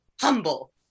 humble